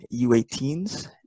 U18s